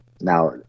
now